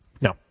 No